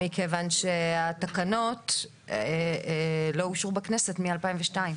אני משוכנע שהעופות שמגיעים לשולחן לא מהווים סכנה לבריאות שלי,